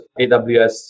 AWS